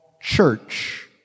church